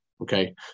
Okay